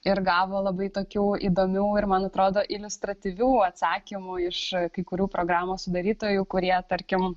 ir gavo labai tokių įdomių ir man atrodo iliustratyvių atsakymų iš kai kurių programos sudarytojų kurie tarkim